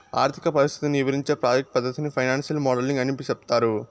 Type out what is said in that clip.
ఆర్థిక పరిస్థితిని ఇవరించే ప్రాజెక్ట్ పద్దతిని ఫైనాన్సియల్ మోడలింగ్ అని సెప్తారు